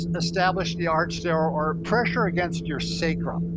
ah establish the arch there, or pressure against your sacrum,